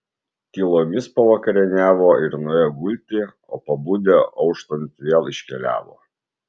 tylomis pavakarieniavo ir nuėjo gulti o pabudę auštant vėl iškeliavo